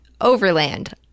Overland